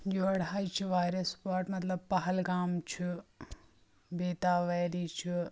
یورٕ حظ چھِ واریاہ سپاٹ مطلب پہلگام چھُ بے تاب ویلی چھُ